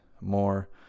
more